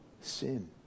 sin